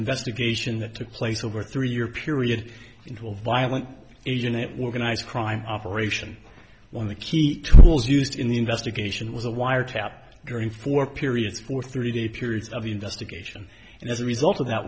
investigation that took place over three year period into a violent asian it were an ice crime operation when the key tools used in the investigation was a wiretap during four periods for three day periods of investigation and as a result of that